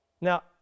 Now